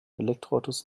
elektroautos